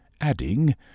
adding